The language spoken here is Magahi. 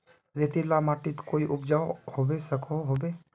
रेतीला माटित कोई उपजाऊ होबे सकोहो होबे?